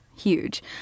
huge